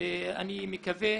אני מקווה